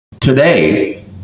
today